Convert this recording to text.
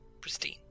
Pristine